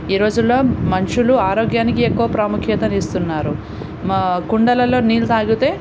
ఈరోజుల్లో మనుష్యులు ఆరోగ్యానికి ఎక్కువ ప్రాముఖ్యతని ఇస్తున్నారు కుండలలో నీళ్ళు తాగితే